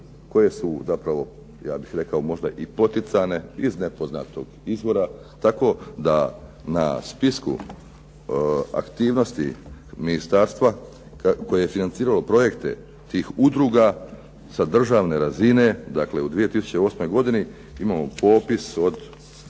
koje su zapravo ja bih rekao možda i poticane iz nepoznatog izvora, tako da na spisku aktivnosti ministarstva koje je financiralo projekte tih udruga sa državne razine, dakle u 2008. godini imamo popis od